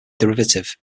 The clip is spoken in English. derivative